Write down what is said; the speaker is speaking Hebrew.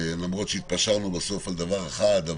למרות שהתפשרנו בסוף על דבר אחד,